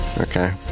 okay